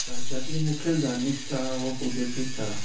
राज्यांतलीं मुखेल धार्मीक स्थळां व पुजेची स्थळां